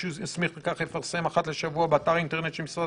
שהוא יסמיך לכך יפרסם אחת לשבוע באתר האינטרנט של משרד